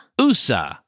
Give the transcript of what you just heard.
Usa